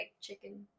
chicken